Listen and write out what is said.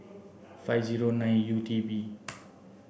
five zero nine U T B